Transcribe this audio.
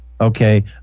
Okay